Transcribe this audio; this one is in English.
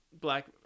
Black